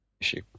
issue